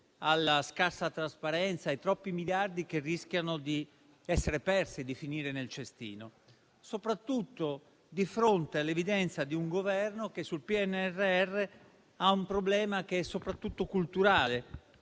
alla scarsa trasparenza e ai troppi miliardi che rischiano di essere persi e di finire nel cestino, soprattutto di fronte all'evidenza di un Governo che sul PNRR ha un problema che è soprattutto culturale,